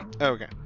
Okay